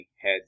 head